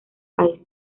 país